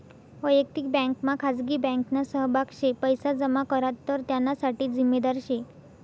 वयक्तिक बँकमा खाजगी बँकना सहभाग शे पैसा जमा करात तर त्याना साठे जिम्मेदार शे